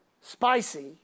spicy